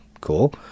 Cool